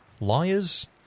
Liars